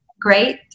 great